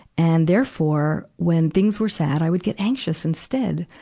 and, therefore, when things were sad, i would get anxious instead.